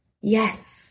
Yes